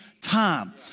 time